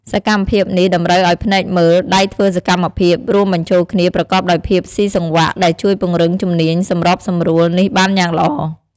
សកម្មភាពនេះតម្រូវឲ្យភ្នែកមើល ដៃធ្វើសកម្មភាព រួមបញ្ចូលគ្នាប្រកបដោយភាពស៊ីសង្វាក់ ដែលជួយពង្រឹងជំនាញសម្របសម្រួលនេះបានយ៉ាងល្អ។